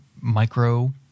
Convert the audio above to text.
micro